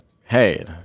hey